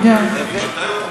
גם אנחנו לא.